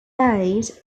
ade